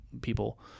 people